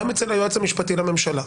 גם אצל היועץ המשפטי לממשלה.